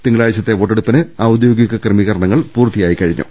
തിങ്കളാഴ്ചത്തെ വോട്ടെടുപ്പിന് ഔദ്യോഗിക ക്രമീകരണങ്ങൾപൂർത്തിയായിക്കഴിഞ്ഞു